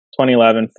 2011